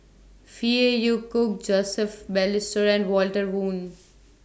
Phey Yew Kok Joseph Balestier and Walter Woon